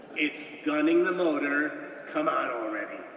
it's gunning the motor, come on already.